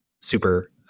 super